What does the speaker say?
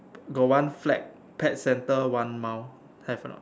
got one flag pet centre one mile have or not